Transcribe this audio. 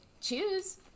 choose